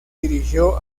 dirigió